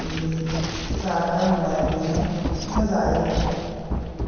जाग्रा मुवाया बेनो बेखौनो जायो